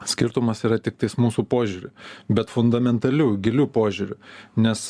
skirtumas yra tiktai mūsų požiūry bet fundamentaliu giliu požiūriu nes